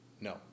No